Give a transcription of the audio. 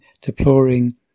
deploring